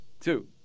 two